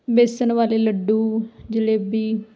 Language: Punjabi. ਵੇਸਣ ਵਾਲੇ ਲੱਡੂ ਜਲੇਬੀ